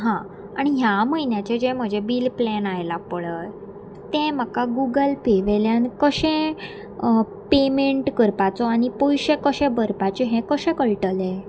हां आनी ह्या म्हयन्याचें जें म्हजें बील प्लॅन आयलां पळय तें म्हाका गुगल पे वेयल्यान कशें पेमेंट करपाचो आनी पयशे कशें भरपाचें हें कशें कळटलें